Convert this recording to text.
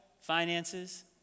Finances